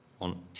on